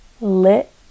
lit